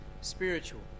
spiritual